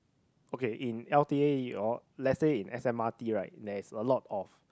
okay in l_t_a you all let's say in S m_r_t right there's a lot of